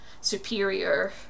superior